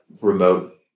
remote